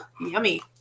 yummy